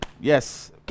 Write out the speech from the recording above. yes